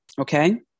Okay